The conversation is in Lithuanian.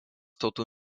tautų